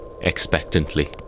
expectantly